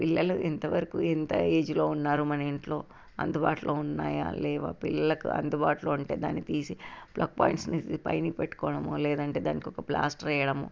పిల్లలు ఎంతవరకు ఎంత ఏజ్లో ఉన్నారు మన ఇంట్లో అందుబాటులో ఉన్నాయా లేవా పిల్లలకు అందుబాటులో ఉంటే దాన్ని తీసి ప్లగ్ పాయింట్స్ని పైన పెట్టుకోవడం లేదంటే దానికొక ప్లాస్టర్ వేయడం